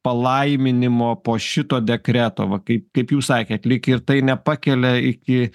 palaiminimo po šito dekreto va kaip kaip jūs sakėt lyg ir tai nepakelia iki